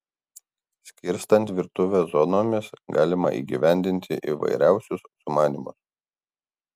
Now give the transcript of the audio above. skirstant virtuvę zonomis galima įgyvendinti įvairiausius sumanymus